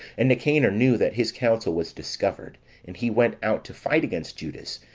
and nicanor knew that his counsel was discovered and he went out to fight against judas,